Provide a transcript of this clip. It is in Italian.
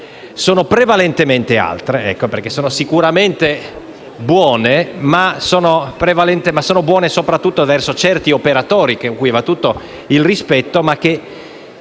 sono prevalentemente altre. Sono sicuramente buone, ma vanno soprattutto verso certi operatori, cui va tutto il rispetto, ma che